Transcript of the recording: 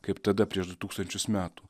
kaip tada prieš du tūkstančius metų